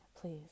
please